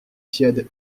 tiède